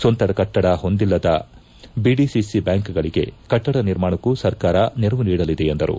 ಸ್ವಂತ ಕಟ್ಟಡ ಹೊಂದಿಲ್ಲದ ಬಿಡಿಸಿ ಬ್ಕಾಂಕ್ಗಳಿಗೆ ಕಟ್ಟಡ ನಿರ್ಮಾಣಕ್ಕೂ ಸರ್ಕಾರ ನೆರವು ನೀಡಲಿದೆ ಎಂದರು